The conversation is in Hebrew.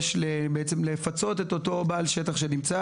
לא,